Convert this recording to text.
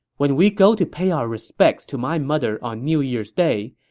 when we go to pay our respects to my mother on new year's day,